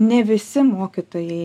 ne visi mokytojai